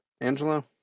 Angelo